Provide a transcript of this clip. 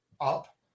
up